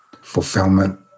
fulfillment